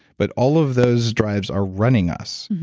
but all of those drives are running us.